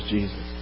Jesus